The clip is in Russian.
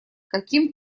каким